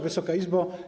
Wysoka Izbo!